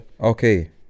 Okay